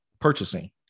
purchasing